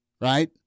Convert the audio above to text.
right